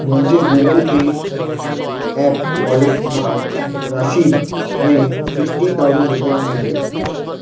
मुंहिंजे Google pay app wallet मां राशिद में सिक्सटी थाउजेंड रुपिया मोकिलियो